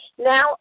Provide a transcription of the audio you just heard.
Now